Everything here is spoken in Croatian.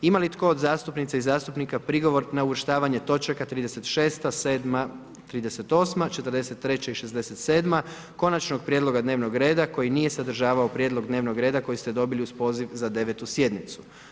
Ima li tko od zastupnica i zastupnika prigovor na uvrštavanje točaka 36., 37., 38., 43. i 67. konačnog prijedloga dnevnog reda, koji nije sadržavao prijedlog dnevnog reda koji ste dobili uz poziv za 9. sjednicu?